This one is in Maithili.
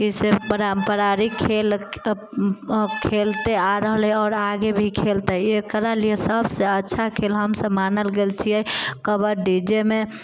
की से पारम्परिक खेलते आ रहलै हँ आओर आगे भी खेलतै एकरा लिए सबसँ अच्छा खेल हमसब मानल गेल छियै कबड्डी जाहिमे